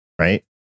Right